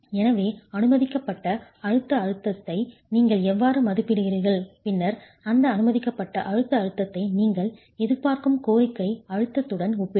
எனவே அனுமதிக்கப்பட்ட அழுத்த அழுத்தத்தை நீங்கள் எவ்வாறு மதிப்பிடுகிறீர்கள் பின்னர் அந்த அனுமதிக்கப்பட்ட அழுத்த அழுத்தத்தை நீங்கள் எதிர்பார்க்கும் கோரிக்கை அழுத்தத்துடன் ஒப்பிடுங்கள்